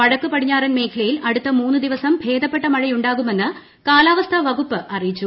വടക്കു പടിഞ്ഞാറൻ മേഖലയിൽ അടുത്ത മൂന്നു ദിവസം ഭേദപ്പെട്ട മഴയുണ്ടാകുമെന്ന് കാലാവസ്ഥാ വകുപ്പ് അറിയിച്ചു